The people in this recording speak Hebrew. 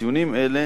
ציונים אלה